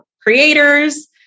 creators